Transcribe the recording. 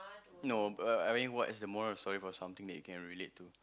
no but I mean what is the moral of the story for something you can relate to